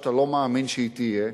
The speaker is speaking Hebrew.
שאתה לא מאמין שהיא תהיה,